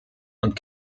und